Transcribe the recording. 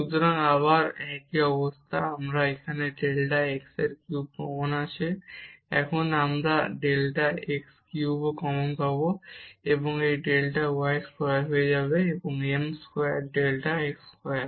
সুতরাং আবার একই অবস্থা তাই এখানে আমাদের ডেল্টা x কিউব কমন আছে এখানে আমরা ডেল্টা x কিউব কমনও পাব এবং এই ডেল্টা y স্কোয়ার হয়ে যাবে m square delta x square